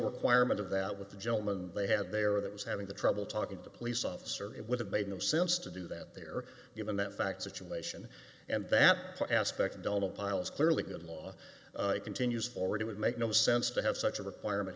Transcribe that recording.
requirement of that with the gentleman they had there that was having the trouble talking to the police officer it would have made no sense to do that there given that fact situation and that aspect don't piles clearly good law continues forward it would make no sense to have such a requirement